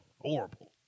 horrible